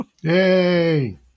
Yay